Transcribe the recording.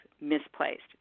misplaced